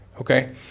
Okay